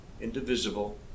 indivisible